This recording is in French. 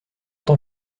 tant